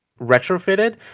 retrofitted